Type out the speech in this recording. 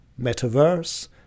Metaverse